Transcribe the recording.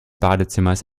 badezimmers